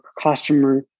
customer